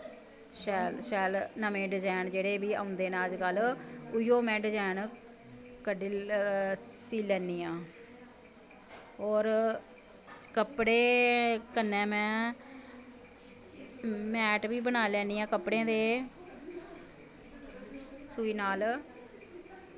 शैल शैल नमें डिज़ाइन जेह्ड़े बी औंदे न अज्ज कल उ'ऐ में डिज़ाइन सीह् लैन्नी आं होर कपड़े कन्नै में मैट बी बनाई लैन्नी आं कपड़ें दे सुई नाल